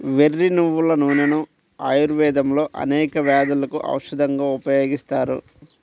వెర్రి నువ్వుల నూనెను ఆయుర్వేదంలో అనేక వ్యాధులకు ఔషధంగా ఉపయోగిస్తారు